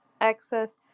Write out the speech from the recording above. excess